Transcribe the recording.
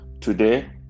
Today